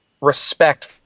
respect